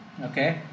okay